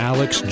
Alex